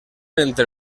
entre